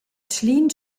tschlin